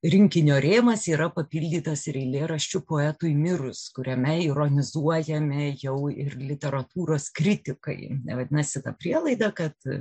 rinkinio rėmas yra papildytas ir eilėraščiu poetui mirus kuriame ironizuojami jau ir literatūros kritikai vadinasi ta prielaida kad